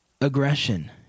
aggression